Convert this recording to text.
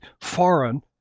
foreign